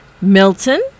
Milton